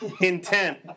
intent